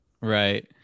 right